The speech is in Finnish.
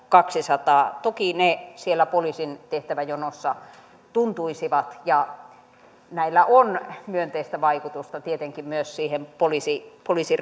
kaksisataa toki ne siellä poliisin tehtäväjonossa tuntuisivat ja näillä on myönteistä vaikutusta tietenkin myös siihen poliisin